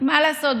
מה לעשות,